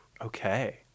Okay